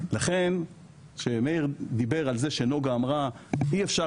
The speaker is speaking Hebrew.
לכן כשמאיר דיבר על זה שנגה אמרה שאי אפשר